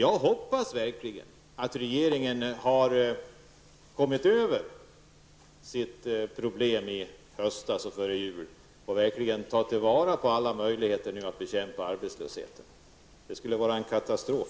Jag hoppas verkligen att regeringen har kommit över sitt problem från i höstas och före jul och verkligen tar till vara alla möjligheter att bekämpa arbetslösheten. Annars skulle det vara en katastrof.